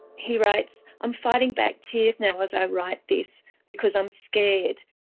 he writes i'm fighting back tears now as i write this because i'm scared.